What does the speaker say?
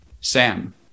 Sam